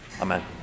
Amen